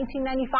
1995